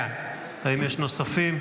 בעד האם יש נוספים?